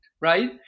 right